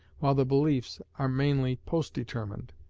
while the beliefs are mainly post-determined.